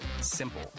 Simple